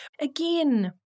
Again